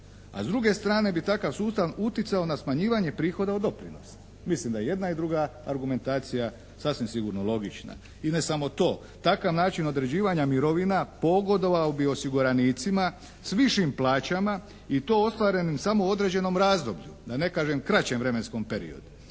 A s druge strane bi takav sustav uticao na smanjivanje prihoda od doprinosa. Mislim da je i jedna i druga argumentacija sasvim logična. I ne samo to. Takav način određivanja mirovina pogodovao bi osiguranicima s višim plaćama i to ostvarenim samo u određenom razdoblju. Da ne kažem kraćem vremenskom periodu.